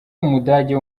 umudage